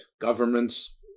Governments